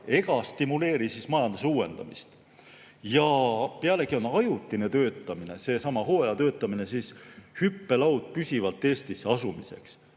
ega stimuleeri majanduse uuendamist. Ja lisaks on ajutine töötamine, seesama hooajatöötamine, hüppelaud püsivalt Eestisse asumiseks.